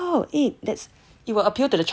oo !wow! that it will appeal to the Chinese market